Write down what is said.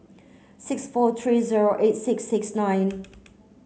six four three zero eight six six nine